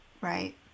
Right